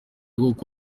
koko